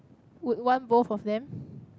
would want both of them